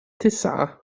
تسعة